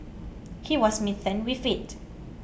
he was smitten with it